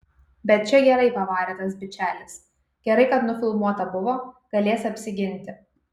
bet čia gerai pavarė tas bičelis gerai kad nufilmuota buvo galės apsiginti